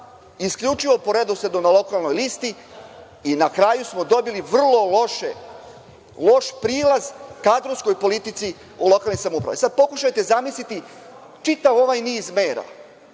isključivo po redosledu na lokalnoj listi i na kraju smo dobili vrlo loš prilaz kadrovskoj politici u lokalnoj samoupravi.E, sad pokušajte da zamisliti čitav ovaj niz mera,